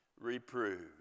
reproved